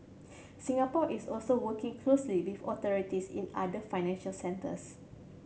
Singapore is also working closely with authorities in other financial centres